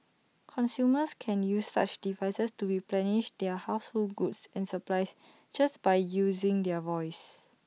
consumers can use such devices to replenish their household goods and supplies just by using their voice